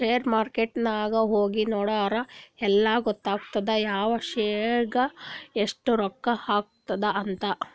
share market ನಾಗ್ ಹೋಗಿ ನೋಡುರ್ ಎಲ್ಲಾ ಗೊತ್ತಾತ್ತುದ್ ಯಾವ್ ಶೇರ್ಗ್ ಎಸ್ಟ್ ರೊಕ್ಕಾ ಆಗ್ಯಾದ್ ಅಂತ್